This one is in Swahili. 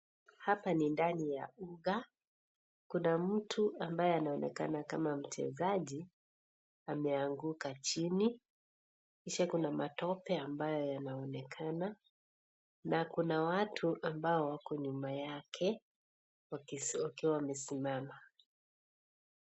Hapa ni ndani ya uga, kuna mtu ambaye anaonekana kama mchezaji ameanguka chini, kisha kuna matope ambayo yanaonekana na kuna watu ambao wako nyuma yake wakiwa wamesimama.